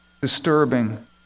disturbing